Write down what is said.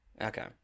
Okay